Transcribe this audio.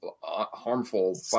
harmful